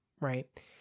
right